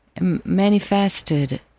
manifested